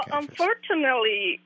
unfortunately